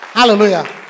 Hallelujah